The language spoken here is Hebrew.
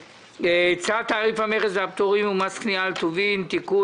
צו תעריף המכס והפטורים ומס קנייה על טובין (תיקון),